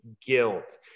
guilt